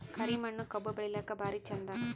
ಕರಿ ಮಣ್ಣು ಕಬ್ಬು ಬೆಳಿಲ್ಲಾಕ ಭಾರಿ ಚಂದ?